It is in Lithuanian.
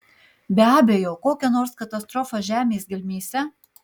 be abejo kokia nors katastrofa žemės gelmėse